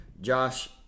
Josh